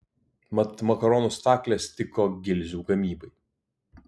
mat makaronų staklės tiko gilzių gamybai